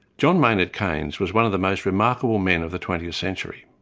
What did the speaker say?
john maynard keynes was one of the most remarkable men of the twentieth century.